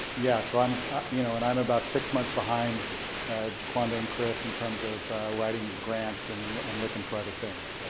yeah, so and you know and i'm about six months behind jaquanda and chris in terms of writing grants and and looking for other things.